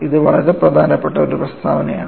ഇത് വളരെ പ്രധാനപ്പെട്ട ഒരു പ്രസ്താവനയാണ്